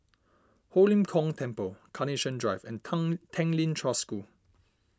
Ho Lim Kong Temple Carnation Drive and Kang Tanglin Trust School